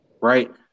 right